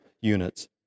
units